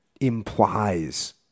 implies